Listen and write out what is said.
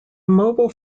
mobile